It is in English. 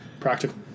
Practical